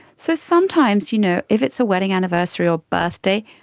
so sometimes you know if it's a wedding anniversary or birthday,